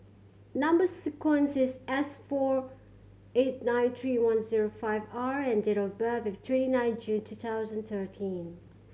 number sequence is S four eight nine three one zero five R and date of birth is twenty nine June two thousand thirteen